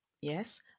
Yes